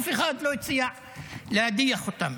אף אחד לא הציע להדיח אותם.